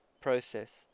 process